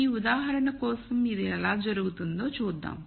ఈ ఉదాహరణ కోసం ఇది ఎలా జరుగుతుందో చూద్దాం